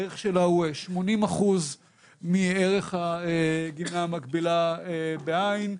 הערך שלה הוא 80% מערך הגמלה המקבילה בעין.